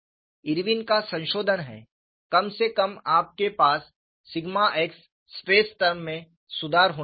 Irwin का संशोधन है कम से कम आपके पास सिग्मा x स्ट्रेस टर्म में सुधार होना चाहिए